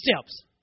steps